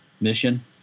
Mission